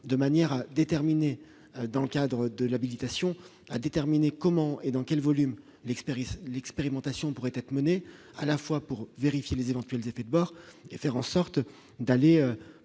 de manière à déterminer dans le cadre de l'habilitation à déterminer comment et dans quel volume l'expérience l'expérimentation pourrait être menée à la fois pour vérifier les éventuels effets bord et faire en sorte d'aller